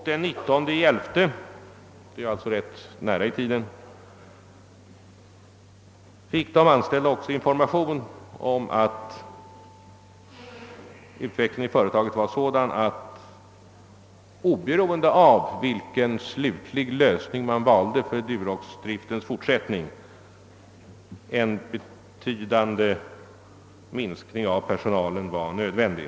Den 19 november — det är alltså rätt nära i tiden — lämnades de anställda också information om att utvecklingen av företaget var sådan att oberoende av vilken slutlig lösning man valde för Duroxdriftens fortsättning en betydande minskning av personalen var nödvändig.